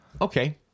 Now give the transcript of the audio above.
Okay